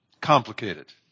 Complicated